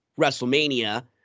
Wrestlemania